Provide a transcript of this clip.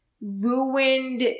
ruined